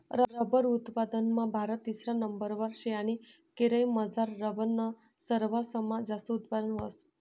rubber उत्पादनमा भारत तिसरा नंबरवर शे आणि केरयमझार रबरनं सरवासमा जास्त उत्पादन व्हस